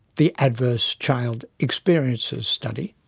the adverse child experiences study.